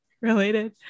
related